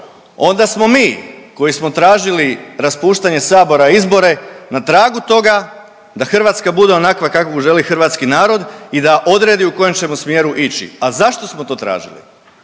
onda smo mi koji smo tražili raspuštanje Sabora i izbore na tragu toga da Hrvatska bude onakva kakvu želi hrvatski narod i da odredi u kojem ćemo smjeru ići. A zašto smo to tražili?